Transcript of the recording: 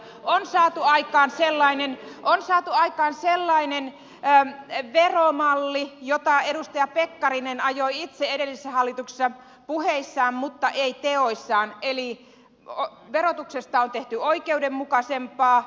on saatu aikaan sellainen veromalli jota edustaja pekkarinen ajoi itse edellisessä hallituksessa puheissaan mutta ei teoissaan eli verotuksesta on tehty oikeudenmukaisempaa